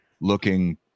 looking